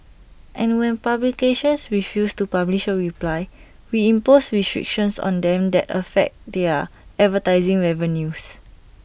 and when publications refuse to publish A reply we impose restrictions on them that affect their advertising revenues